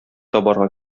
табарга